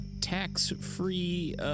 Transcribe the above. tax-free